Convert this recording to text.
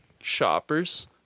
shoppers